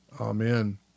Amen